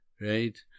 right